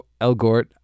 Elgort